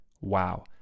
Wow